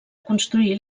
construir